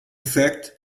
effect